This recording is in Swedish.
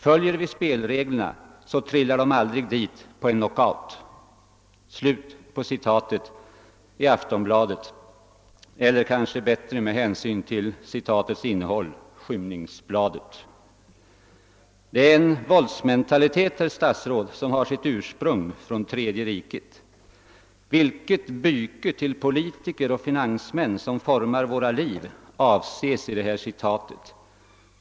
Följer vi spelreglerna, så trillar de aldrig dit på en knock out.» Slut på citatet i Aftonbladet — eller kanske rättare med hänsyn till citatets innehåll »Skymningsbladet». Detta är en våldsmentalitet, herr statsråd, som har sitt ursprung i Tredje riket. Vilket byke av politiker och finansmän, som formar våra liv, avses i citatet?